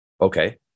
Okay